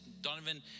Donovan